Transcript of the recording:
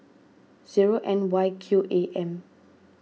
zero N Y Q A M